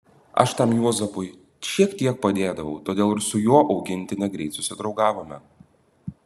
aš tam juozapui šiek tiek padėdavau todėl ir su jo augintine greit susidraugavome